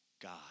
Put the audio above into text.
God